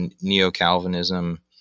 Neo-Calvinism